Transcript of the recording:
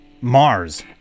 mars